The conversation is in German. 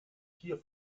hier